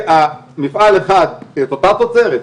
אותה תוצרת,